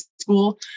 School